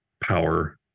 power